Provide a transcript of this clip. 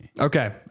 Okay